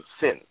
sin